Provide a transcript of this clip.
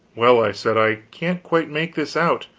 well, i said, i can't quite make this out.